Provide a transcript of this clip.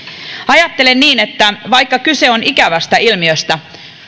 ajattelen niin että vaikka kyse on ikävästä ilmiöstä